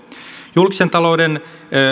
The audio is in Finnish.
julkisen talouden